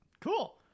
Cool